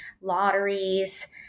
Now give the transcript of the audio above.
lotteries